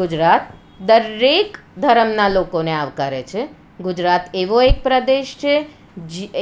ગુજરાત દરેક ધર્મનાં લોકોને આવકારે છે ગુજરાત એવો એક પ્રદેશ છે